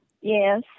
Yes